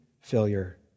failure